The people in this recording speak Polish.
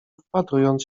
wpatrując